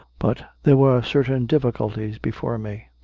but there were certain difficulties before me.